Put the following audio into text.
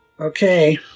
Okay